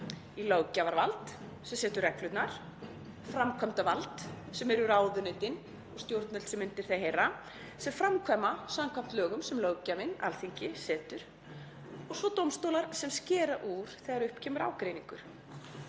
Í löggjafarvald, sem setur reglurnar; framkvæmdarvald, sem eru ráðuneytin og stjórnvöld sem undir þau heyra sem framkvæma samkvæmt lögum sem löggjafinn, Alþingi, setur; og svo dómstóla sem skera úr þegar upp kemur ágreiningur.